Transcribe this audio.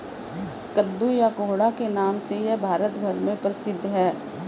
कद्दू या कोहड़ा के नाम से यह भारत भर में प्रसिद्ध है